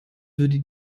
würde